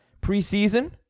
preseason